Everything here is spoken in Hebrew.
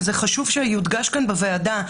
וחשוב שזה יודגש כאן בוועדה,